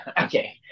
okay